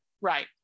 Right